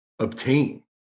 Obtain